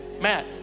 Matt